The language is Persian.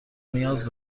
نیاز